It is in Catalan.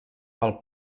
pel